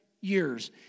years